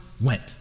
went